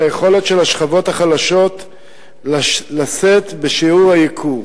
היכולת של השכבות החלשות לשאת בשיעור הייקור.